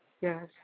yes